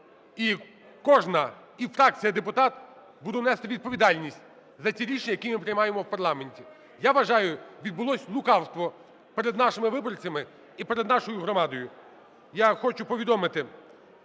І кожна і фракція, і депутат будуть нести відповідальність за ці рішення, які ми приймаємо в парламенті. Я вважаю, відбулось лукавство перед нашими виборцями і перед нашою громадою. Я хочу повідомити